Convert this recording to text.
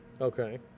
Okay